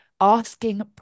asking